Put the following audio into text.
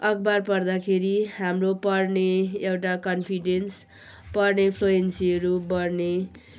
अखबार पढ्दाखेरि हाम्रो पढ्ने एउटा कन्फिडेन्स पढ्ने फ्लुएन्सीहरू बड्ने